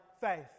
faith